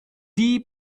die